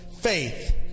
faith